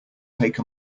take